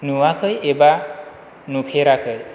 नुवाखै एबा नुफेराखै